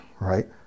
right